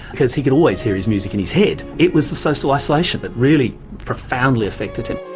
because he could always hear his music in his head, it was the social isolation that really profoundly affected him.